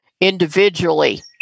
individually